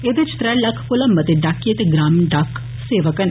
एहदे च त्रै लक्ख कोला मते डाकिए ते ग्रामीण डाक सेवक न